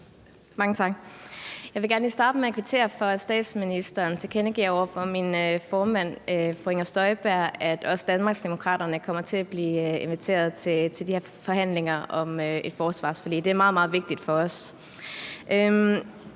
Mange tak. Jeg vil gerne lige starte med kvittere for, at statsministeren over for min formand, fru Inger Støjberg, tilkendegav, at også Danmarksdemokraterne kommer til at blive inviteret til de her forhandlinger om et forsvarsforlig. Det er meget, meget vigtigt for os.